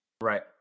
Right